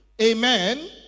amen